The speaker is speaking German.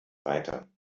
weiter